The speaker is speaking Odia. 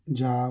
ଯାଅ